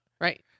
right